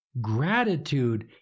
Gratitude